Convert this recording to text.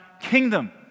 kingdom